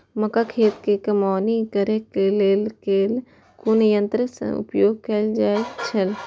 मक्का खेत में कमौनी करेय केय लेल कुन संयंत्र उपयोग कैल जाए छल?